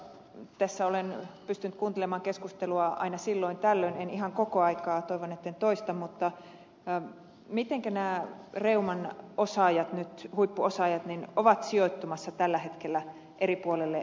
tässä olen pystynyt kuuntelemaan keskustelua aina silloin tällöin en ihan koko aikaa ja toivon etten toista mutta mitenkä nämä reuman osaajat huippuosaajat ovat sijoittumassa tällä hetkellä eri puolille maamme sairaaloita